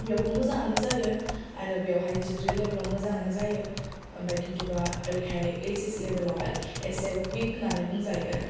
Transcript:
बेवहायबो मोजाङानो जायो आरो बेवहाय डिग्रि लेभेलाव मोजाङानो जायो ओमफाय किन्तुबा ओरैहाय एइस एस लेभेलावहाय एसे युइक होननानै बुंजायो आरो